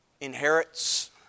inherits